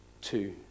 two